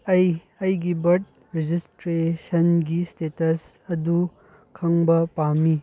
ꯑꯩ ꯑꯩꯒꯤ ꯕꯥꯔꯠ ꯔꯦꯖꯤꯁꯇ꯭ꯔꯦꯁꯟꯒꯤ ꯏꯁꯇꯦꯇꯁ ꯑꯗꯨ ꯈꯪꯕ ꯄꯥꯝꯃꯤ